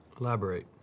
Elaborate